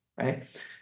right